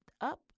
up